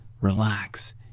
relax